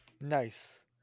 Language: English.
Nice